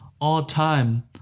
all-time